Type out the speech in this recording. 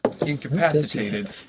incapacitated